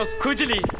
ah khujli.